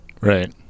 Right